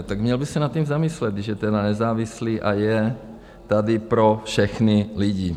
Tak měl by se nad tím zamyslet, když je tedy nezávislý a je tady pro všechny lidi.